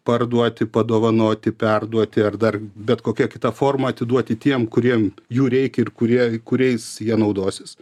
parduoti padovanoti perduoti ar dar bet kokia kita forma atiduoti tiem kuriem jų reikia ir kurie kuriais jie naudosis